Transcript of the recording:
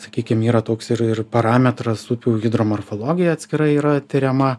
sakykim yra toks ir ir parametras upių hidromorfologija atskirai yra tiriama